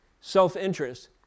self-interest